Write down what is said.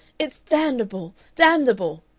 it's damnable damnable!